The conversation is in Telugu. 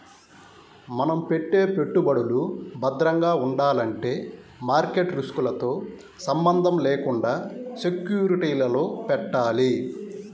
మనం పెట్టే పెట్టుబడులు భద్రంగా ఉండాలంటే మార్కెట్ రిస్కులతో సంబంధం లేకుండా సెక్యూరిటీలలో పెట్టాలి